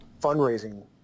fundraising